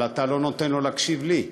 אבל אתה לא נותן לו להקשיב לי.